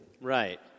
Right